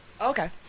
Okay